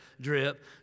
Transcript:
drip